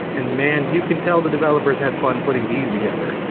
and man, you can tell the developers had fun putting these together.